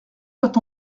doit